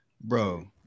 bro